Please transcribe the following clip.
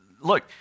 look